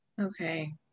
Okay